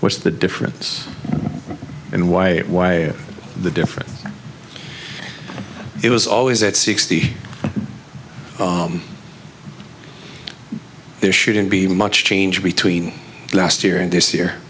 what's the difference and why why the difference it was always at sixty there shouldn't be much change between last year and this year